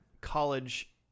college